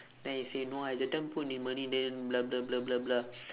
then he say no I that time put the money then blah blah blah blah blah